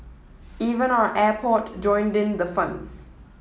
even our airport joined in the fun